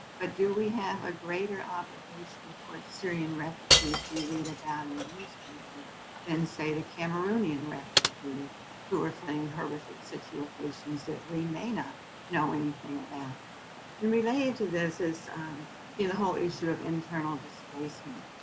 but do we have a greater obligation towards syrian refugees we read about in the newspaper than, say, the cameroonian refugees who are fleeing horrific situations that we may not know anything about? and related to this is the whole issue of internal displacement.